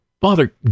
Father